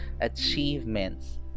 achievements